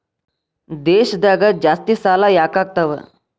ದೇಶದಾಗ ಜಾಸ್ತಿಸಾಲಾ ಯಾಕಾಗ್ತಾವ?